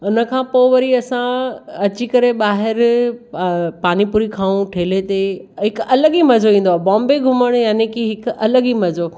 उन खां पोइ वरी असां अची करे ॿाहिरि पानीपुरी खाऊं ठेले ते हिकु अलॻि ई मज़ो ईंदो आहे बॉम्बे घुमण याने की हिकु अलॻि ई मज़ो